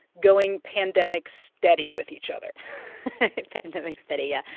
going pandemic steady with each other pandemic steady, yeah.